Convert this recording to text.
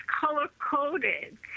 color-coded